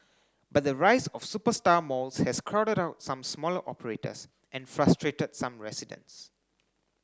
but the rise of superstar malls has crowded out some smaller operators and frustrated some residents